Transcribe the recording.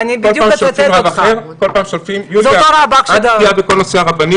אני אגיד לך משהו, כבוד הרב.